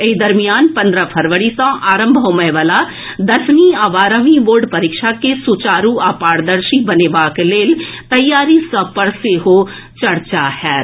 एहि दरमियान पन्द्रह फरवरी सँ आरंभ होबय वला दसवीं आ बारहवीं बोर्ड परीक्षा के सुचारू आ पारदर्शी बनेबाक लेल तैयारी सभ पर सेहो चर्चा होयत